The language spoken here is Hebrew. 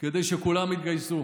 כדי שכולם יתגייסו,